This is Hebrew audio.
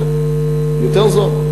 כן, יותר זול.